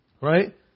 Right